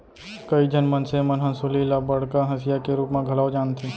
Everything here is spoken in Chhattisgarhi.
कइ झन मनसे मन हंसुली ल बड़का हँसिया के रूप म घलौ जानथें